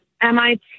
MIT